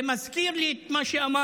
זה מזכיר לי את מה שאמר